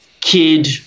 kid